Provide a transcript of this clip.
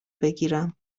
بگیرم